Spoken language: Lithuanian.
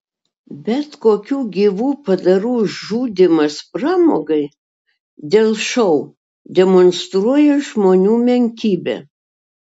bet kokių gyvų padarų žudymas pramogai dėl šou demonstruoja žmonių menkybę